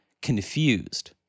confused